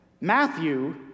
Matthew